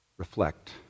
Reflect